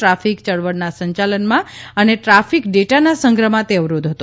traffic ચળવળના સંચાલનમાં અને ટ્રાફિક ડેટાના સંગ્રહમાં તે અવરોધ હતો